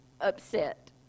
upset